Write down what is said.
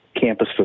campus